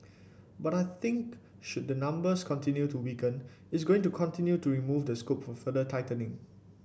but I think should the numbers continue to weaken it's going to continue to remove the scope for further tightening